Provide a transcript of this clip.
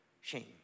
shame